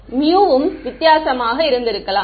மாணவர் ஐயா μ ம் வித்தியாசமாக இருந்து இருக்கலாம்